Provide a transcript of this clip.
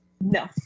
No